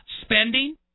spending